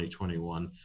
2021